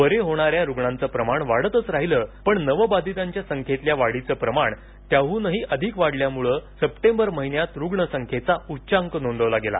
बरे होणाऱ्या रुग्णांचं प्रमाण वाढतंच राहिलं पण नवबाधितांच्या संख्येतल्या वाढीचं प्रमाण त्याहूनही अधिक वाढल्यानं सप्टेबर महिन्यात रुष्णसंख्येचा उच्चांक नोंदवला गेला